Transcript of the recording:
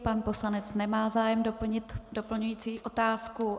Pan poslanec nemá zájem položit doplňující otázku.